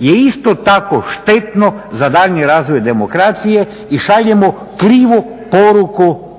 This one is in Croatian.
je isto tako štetno za daljnji razvoj demokracije i šaljemo krivu poruku